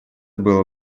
было